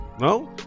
No